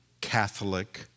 Catholic